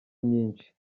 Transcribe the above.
myinshi